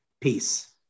Peace